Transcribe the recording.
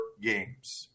games